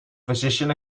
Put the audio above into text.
physician